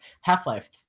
half-life